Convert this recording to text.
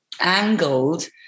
angled